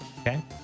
Okay